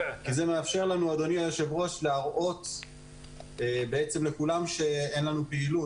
כי זה מאפשר לנו להראות לכולם שאין לנו פעילות.